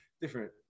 different